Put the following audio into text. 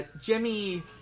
Jimmy